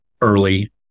early